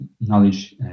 knowledge